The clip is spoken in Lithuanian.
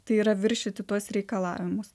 tai yra viršyti tuos reikalavimus